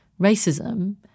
racism